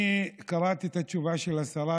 אני קראתי את התשובה של השרה,